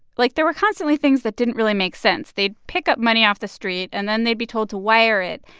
like, there were constantly things that didn't really make sense. they'd pick up money off the street, and then they'd be told to wire it,